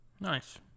Nice